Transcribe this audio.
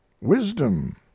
wisdom